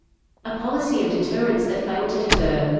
a policy of deterrence that failed to deter.